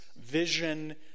vision